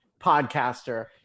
podcaster